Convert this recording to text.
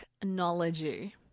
Technology